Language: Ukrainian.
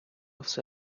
все